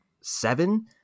seven